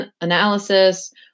analysis